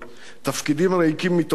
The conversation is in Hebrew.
תפקידים ריקים מתוכן,